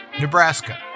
Nebraska